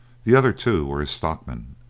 the other two were his stockmen.